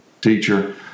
teacher